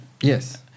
Yes